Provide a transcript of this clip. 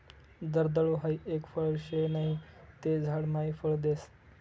जर्दाळु हाई एक फळ शे नहि ते झाड मायी फळ देस